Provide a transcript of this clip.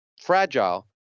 fragile